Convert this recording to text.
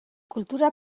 kultura